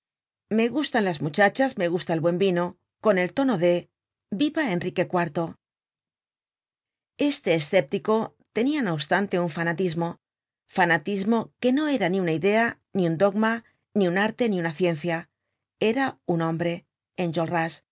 me gustan las mucha chas me gusta el buen vino con el tono de viva enrique iv este escéptico tenia no obstante un fanatismo fanatismo que no era ni una idea ni un dogma ni un arte ni una ciencia era un hombre